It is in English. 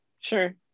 Sure